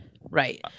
Right